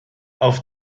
auf